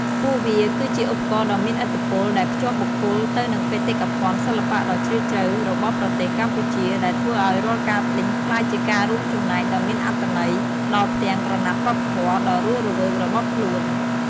ពួកវាគឺជាឧបករណ៍ដ៏មានឥទ្ធិពលដែលភ្ជាប់បុគ្គលទៅនឹងបេតិកភណ្ឌសិល្បៈដ៏ជ្រាលជ្រៅរបស់ប្រទេសកម្ពុជា ដែលធ្វើឱ្យរាល់ការទិញក្លាយជាការរួមចំណែកដ៏មានអត្ថន័យដល់ផ្ទាំងក្រណាត់វប្បធម៌ដ៏រស់រវើករបស់ខ្លួន។